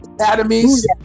academies